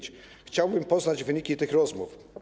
Chciałbym poznać wyniki tych rozmów.